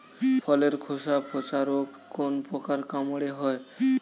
ফলের খোসা পচা রোগ কোন পোকার কামড়ে হয়?